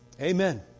Amen